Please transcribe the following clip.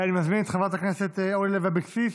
אני מזמין את חברת הכנסת אורלי לוי אבקסיס,